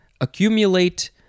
Accumulate